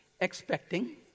expecting